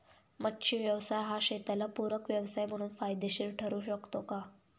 मच्छी व्यवसाय हा शेताला पूरक व्यवसाय म्हणून फायदेशीर ठरु शकतो का?